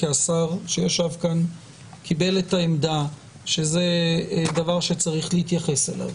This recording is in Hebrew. כי השר שישב כאן קיבל את העמדה שזה דבר שצריך להתייחס אליו.